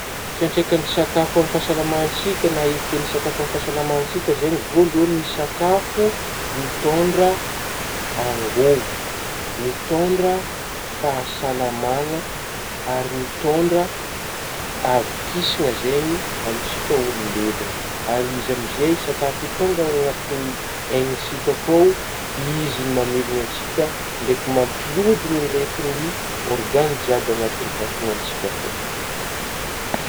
Ffiatraikan'gny sakafo amin'gny fahasalaman-tsika gna effet ny sakafo amin'gny fahasalaman-tsika zegny voalohagny ny sakafo mitôndra angôvô mitondra fahasalamagna ary mitôndra avokizagna zegny amintsika olombelogno ,ary izy amin'zey sakafo io tonga any anatigny aintsika ko izy mamelogna tsika ndraiky mampihodigny ndraiky gny ôrgana jiaby anatigny vatagna antsika koa.